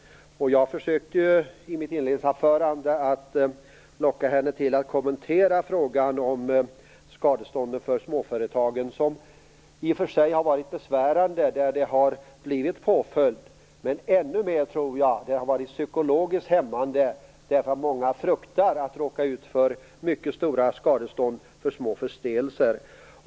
Jag försökte i mitt inledningsanförande att locka henne till att kommentera frågan om skadestånden för småföretagen som i och för sig har varit besvärande i de fall där det har blivit påföljd. Men ännu mer tror jag att det har varit psykologiskt hämmande därför att många fruktar att råka ut för mycket stora skadestånd för små förseelser.